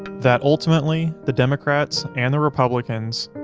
that ultimately, the democrats and the republicans,